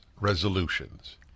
resolutions